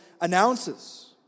announces